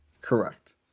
Correct